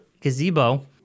gazebo